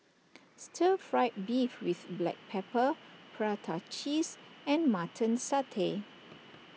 Stir Fried Beef with Black Pepper Prata Cheese and Mutton Satay